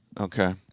Okay